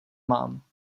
mám